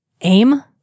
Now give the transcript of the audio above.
Aim